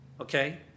okay